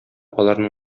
аларның